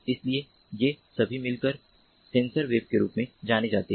इसलिए ये सभी मिलकर सेंसर वेब के रूप में जाने जाते हैं